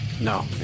No